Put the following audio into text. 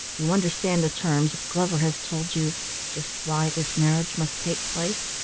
you understand the terms? glover has told you just why this marriage must take place?